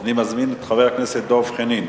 אני מזמין את חבר הכנסת דב חנין.